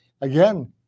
Again